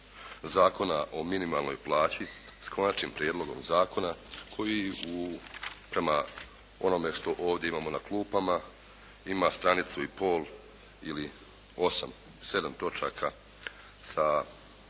zakona o minimalnoj plaći s konačnim prijedlogom zakona koji u, prema onome što ovdje imamo na klupama ima stranicu i pol ili 8, 7 točaka sa